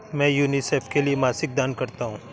मैं यूनिसेफ के लिए मासिक दान करता हूं